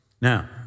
Now